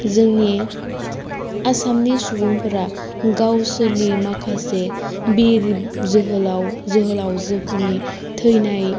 जोंनि आसामनि सुबुंफोरा गावसोरनि माखासे बिर जोहोलाव जोहोलावजोफोरनि थैनाय